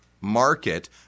market